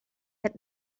had